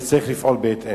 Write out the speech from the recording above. וצריך לפעול בהתאם.